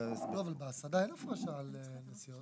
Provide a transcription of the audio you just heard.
לא, אבל בהסעדה אין הפרשה על נסיעות.